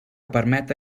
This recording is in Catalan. permeta